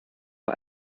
vor